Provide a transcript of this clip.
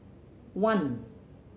one